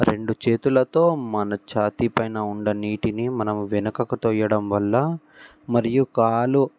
రెండు చేతులతో మన ఛాతీ పైన ఉన్న నీటిని మనం వెనకకు తొయ్యడం వల్ల మరియు కాలు